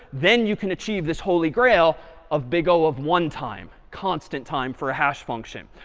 then you can achieve this holy grail of big o of one time, constant time for a hash function.